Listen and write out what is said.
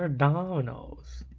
ah dominos